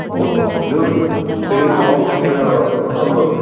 ꯑꯣ ꯑꯗꯨ ꯀꯔꯤ ꯄꯥꯎ ꯍꯥꯏꯒꯦꯔ ꯀꯣꯜ ꯇꯧꯕ꯭ꯔꯣ